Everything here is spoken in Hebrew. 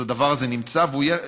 אז הדבר הזה נמצא והוא יהיה.